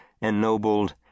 ennobled